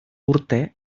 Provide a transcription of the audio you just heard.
urte